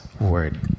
word